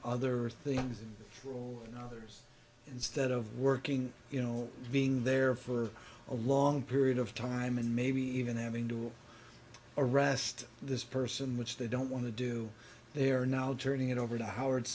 other things for others instead of working you know being there for a long period of time and maybe even having to arrest this person which they don't want to do they are now turning it over to howard